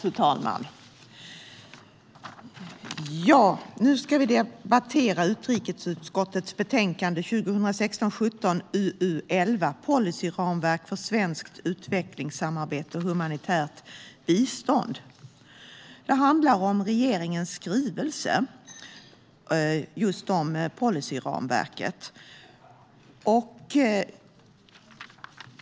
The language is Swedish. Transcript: Policyramverk för svenskt utvecklings-samarbete och humanitärt bistånd Fru talman! Vi ska nu debattera utrikesutskottets betänkande UU11, Policyramverk för svenskt utvecklingssamarbete och humanitärt bistånd . Det handlar om regeringens skrivelse om just policyramverket.